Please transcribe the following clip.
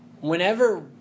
Whenever